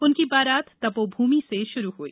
उनकी बारात तपोभूमि से शुरू हुई